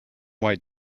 white